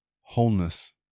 wholeness